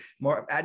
more